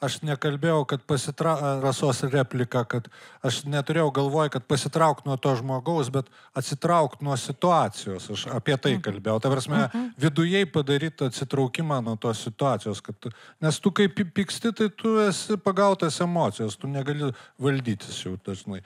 aš nekalbėjau kad pasitrau rasos replika kad aš neturėjau galvoj kad pasitraukt nuo to žmogaus bet atsitraukt nuo situacijos aš apie tai kalbėjau ta prasme vidujai padaryt atsitraukimą nuo tos situacijos kad nes tu kaip pyksti tai tu esi pagautas emocijos tu negali valdytis jau dažnai